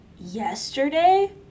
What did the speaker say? yesterday